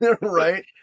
Right